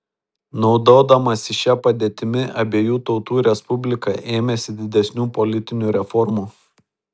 naudodamasi šia padėtimi abiejų tautų respublika ėmėsi didesnių politinių reformų